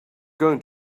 going